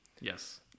Yes